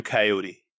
Coyote